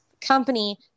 company